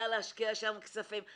להשקיע שם כספים.